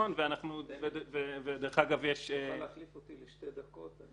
אתה יכול להחליף אותי לשתי דקות?